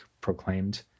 proclaimed